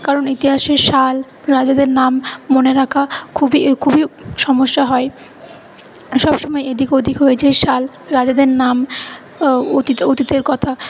কারণ ইতিহাসের সাল রাজাদের নাম মনে রাখা খুবই খুবই সমস্যা হয় সবসময় এদিক ওদিক হয়ে যায় সাল রাজাদের নাম অতীতের অতীতের কথা